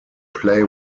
play